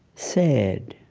sad